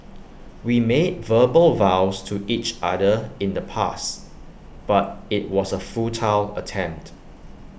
we made verbal vows to each other in the past but IT was A futile attempt